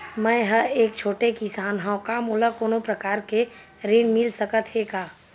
मै ह एक छोटे किसान हंव का मोला कोनो प्रकार के ऋण मिल सकत हे का?